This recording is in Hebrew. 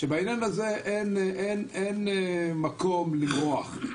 שבענין הזה אין מקום למרוח,